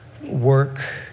work